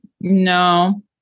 No